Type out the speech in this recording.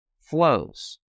flows